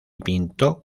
pintó